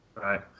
Right